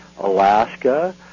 Alaska